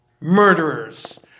Murderers